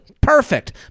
perfect